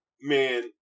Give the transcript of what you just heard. Man